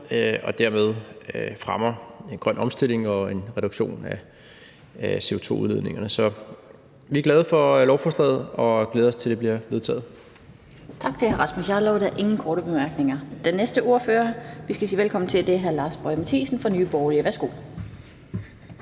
og derved fremmer en grøn omstilling og en reduktion af CO2-udledningerne. Så vi er glade for lovforslaget og glæder os til, at det bliver vedtaget. Kl. 19:02 Den fg. formand (Annette Lind): Tak til hr. Rasmus Jarlov. Der er ingen korte bemærkninger. Den næste ordfører, vi skal sige velkommen til, er hr. Lars Boje Mathiesen fra Nye Borgerlige. Værsgo.